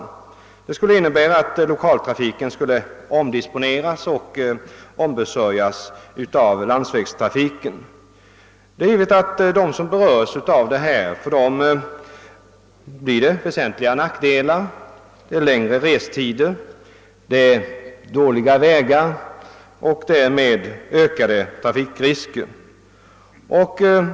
Detta skulle innebära att denna trafik i stället måste ombesörjas av landsvägsbussar. Det är givet att det uppstår väsentliga nackdelar för dem som berörs av detta: längre restider och ökade trafikrisker på grund av att vägarna är dåliga.